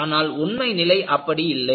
ஆனால் உண்மை நிலை அப்படி இல்லை